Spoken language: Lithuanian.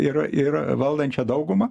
ir ir valdančia dauguma